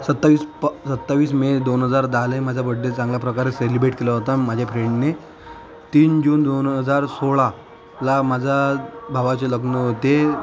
सत्तावीस प सत्तावीस मे दोन हजार दहाला माझा बड्डे चांगला प्रकारे सेलिब्रेट केला होता माझ्या फ्रेंडने तीन जून दोन हजार सोळाला माझा भावाचे लग्न होते